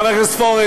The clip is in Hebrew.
חבר הכנסת פורר,